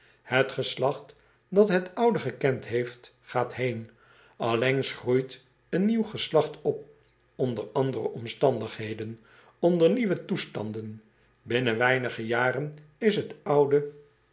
et geslacht dat het oude gekend heeft gaat heen llengs groeit een nieuw geslacht op onder andere omstandigheden onder nieuwe toestanden innen weinig jaren is het oude